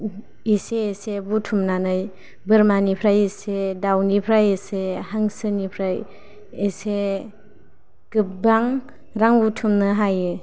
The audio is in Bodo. इसे इसे बुथुमनानै बोरमानिफ्राय इसे दाउनिफ्राय इसे हांसोनिफ्राय इसे गोबां रां बुथुमनो हायो